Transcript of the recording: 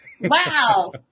Wow